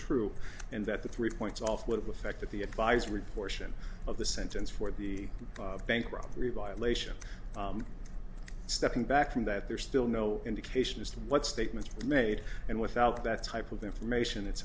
true and that the three points off with the fact that the advisory portion of the sentence for the bank robbery violation stepping back from that there's still no indication as to the what statements are made and without that type of information it's